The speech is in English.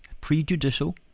prejudicial